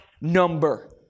number